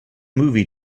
movie